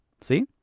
See